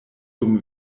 dum